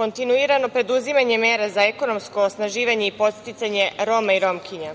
kontinuirano preduzimanje mera za ekonomsko osnaživanje i podsticanje Roma i Romkinja,